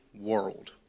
world